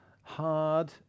hard